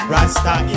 Rasta